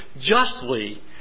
justly